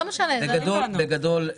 בגדול,